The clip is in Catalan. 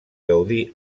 gaudir